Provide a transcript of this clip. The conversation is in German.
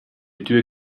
tür